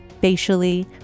facially